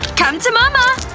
come to mama!